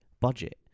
budget